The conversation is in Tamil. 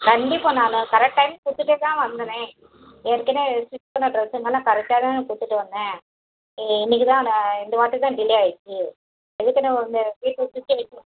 கண்டிப்பாக நான் கரெக்ட் டைம்க்கு கொடுத்துட்டே தான் வந்தனே ஏற்கனவே ஸ்டிச் பண்ண ட்ரெஸ்ஸும் தானே கரெக்டாக தானே கொடுத்துட்டு வந்தேன் இ இன்னைக்கு தான் நான் இந்தவாட்டி தான் டிலே ஆயிட்ச்சு அதுக்குன்னு உங்கள் வீட்டு சுச்சிவேஷன்